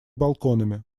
балконами